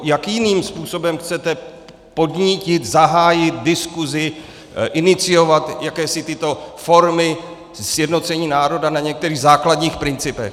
Jakým jiným způsobem chcete podnítit, zahájit diskusi, iniciovat jakési tyto formy sjednocení národa na některých základních principech?